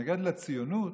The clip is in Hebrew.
שהתנגד לציונות,